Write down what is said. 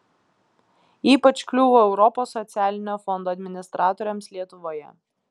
ypač kliūva europos socialinio fondo administratoriams lietuvoje